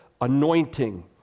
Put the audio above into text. anointing